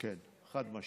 כן, חד-משמעית.